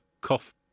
cough